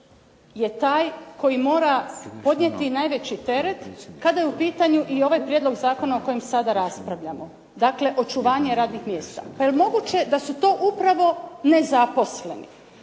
je taj koji mora podnijeti najveći teret kada je u pitanju ovaj prijedlog zakona o kojem sada raspravljamo, dakle očuvanje radnih mjesta? Pa jel moguće da su to upravo nezaposleni?